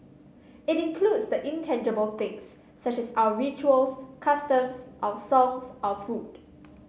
it includes the intangible things such as our rituals customs our songs our food